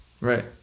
Right